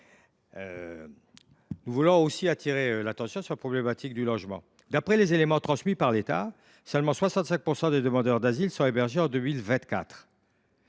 Nous voulons aussi attirer l’attention sur la problématique du logement. D’après les éléments transmis par l’État, seulement 65 % des demandeurs d’asile sont hébergés en 2024.